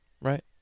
Right